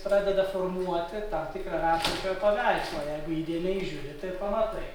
pradeda formuoti tam tikrą vertintojo paveikslą jeigu įdėmiai žiūri tai pamatai